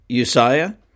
Uzziah